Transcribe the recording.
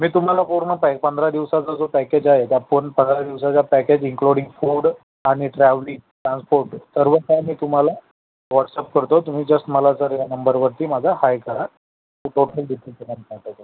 मी तुम्हाला पूर्ण पॅ पंधरा दिवसाचा जो पॅकेज आहे त्या फूल पंधरा दिवसाचा पॅकेज इन्क्लुडिंग फूड आणि ट्रॅवलिंग ट्रान्सपोर्ट सर्व काही मी तुम्हाला वॉट्सअप करतो तुम्ही जस्ट मला जर या नंबरवरती माझा हाय करा मी टोटल